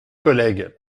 collègues